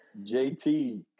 JT